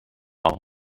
all